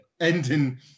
ending